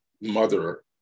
mother